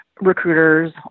recruiters